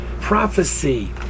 prophecy